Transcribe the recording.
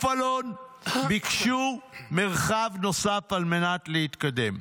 אלון ביקשו מרחב נוסף על מנת להתקדם.